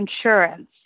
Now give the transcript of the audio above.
insurance